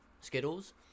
Skittles